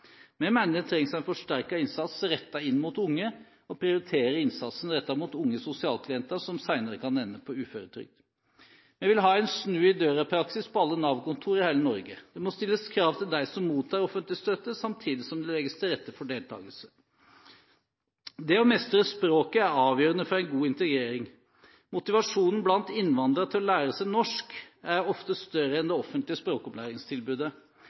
Vi mener det trengs en forsterket innsats rettet inn mot unge, og prioriterer innsatsen rettet mot unge sosialklienter som senere kan ende på uføretrygd. Vi vil ha en «snu i døra»-praksis på alle Nav-kontor i hele Norge. Det må stilles krav til dem som mottar offentlig støtte, samtidig som det legges til rette for deltakelse. Det å mestre språket er avgjørende for en god integrering. Motivasjonen blant innvandrere til å lære seg norsk er ofte større enn det offentlige språkopplæringstilbudet.